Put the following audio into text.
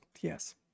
yes